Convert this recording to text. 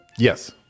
Yes